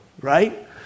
right